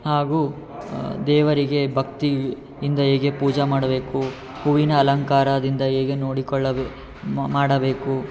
ಹಾಗೂ ದೇವರಿಗೆ ಭಕ್ತಿಯಿಂದ ಹೇಗೆ ಪೂಜ ಮಾಡಬೇಕು ಹೂವಿನ ಅಲಂಕಾರದಿಂದ ಹೇಗೆ ನೋಡಿಕೊಳ್ಳಬೇಕು ಮಾಡಬೇಕು